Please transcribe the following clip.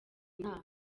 nama